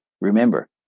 Remember